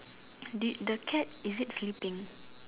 dude the cat is it flipping